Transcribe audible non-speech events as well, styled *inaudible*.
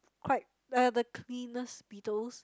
quite *noise* the cleanest beetles